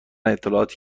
اطلاعاتی